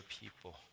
people